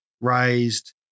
raised